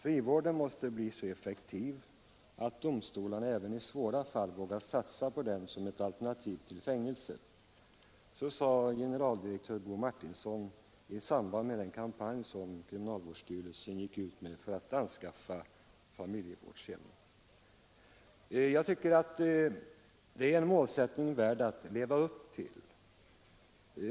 Frivården måste bli så effektiv att domstolarna även i svåra fall vågar satsa på den som ett alternativ till fängelse. Så sade generaldirektör Bo Martinsson i samband med den kampanj som kriminalvårdsstyrelsen gick ut med för att anskaffa familjevårdshem. Det är en målsättning värd att leva upp till.